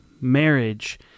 Marriage